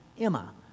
Emma